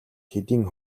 хэдийн